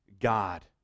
God